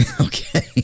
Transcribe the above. okay